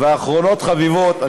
אחרונות חביבות,